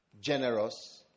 generous